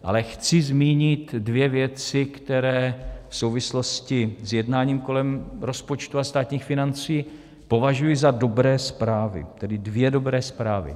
Ale chci zmínit dvě věci, které v souvislosti s jednáním kolem rozpočtu a státních financí považuji za dobré zprávy, tedy dvě dobré zprávy.